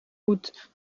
moet